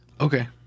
Okay